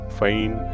fine